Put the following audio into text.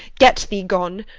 get thee gone!